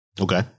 Okay